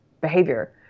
behavior